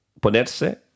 ponerse